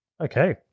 Okay